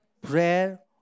Prayer